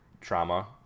trauma